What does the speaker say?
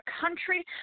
country